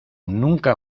nunca